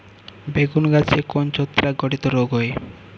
বেগুন গাছে কোন ছত্রাক ঘটিত রোগ হয়?